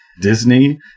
Disney